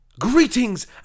greetings